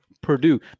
Purdue